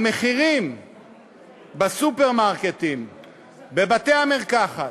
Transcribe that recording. המחירים בסופרמרקטים, בבתי-המרקחת,